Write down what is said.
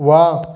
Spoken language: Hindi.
वाह